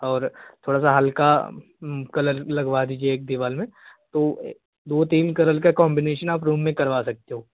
और थोड़ा सा हल्का कलर लगवा दीजिए एक दीवाल में तो दो तीन कलर का कॉम्बिनेशन आप रूम में करवा सकते हो